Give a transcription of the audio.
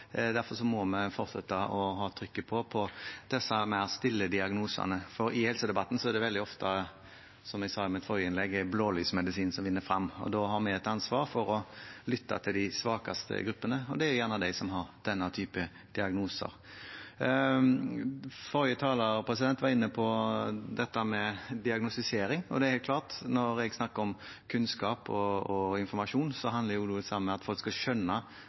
derfor må vi fortsette å ha trykket på disse mer stille diagnosene. I helsedebatten er det veldig ofte, som jeg sa i mitt forrige innlegg, blålysmedisinen som vinner frem. Da har vi et ansvar for å lytte til de svakeste gruppene, og det er gjerne de som har denne typen diagnoser. Forrige taler var inne på dette med diagnostisering. Det er helt klart at når jeg snakker om kunnskap og informasjon, handler det om at folk skal skjønne